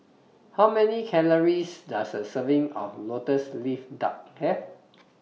How Many Calories Does A Serving of Lotus Leaf Duck Have